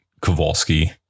Kowalski